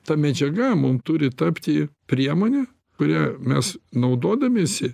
ta medžiaga mum turi tapti priemone kuria mes naudodamiesi